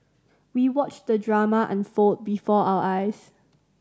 we watched the drama unfold before our eyes